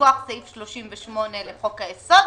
מכוח סעיף 38 לחוק היסוד